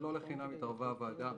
ולא לחינם התערבה הוועדה